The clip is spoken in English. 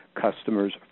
customers